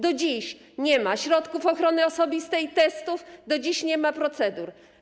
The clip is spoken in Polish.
Do dziś nie ma środków ochrony osobistej i testów, do dziś nie ma procedur.